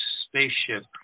spaceship